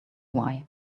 why